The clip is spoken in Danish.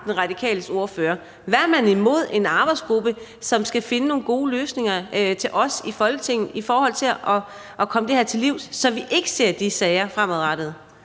den radikale ordfører: Hvad har man imod en arbejdsgruppe, som skal finde nogle gode løsninger til os i Folketinget i forhold til at komme det her til livs, så vi ikke ser de sager fremadrettet?